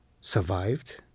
survived